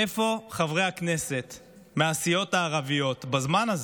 איפה חברי הכנסת מהסיעות הערביות בזמן הזה?